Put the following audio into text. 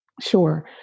Sure